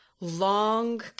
long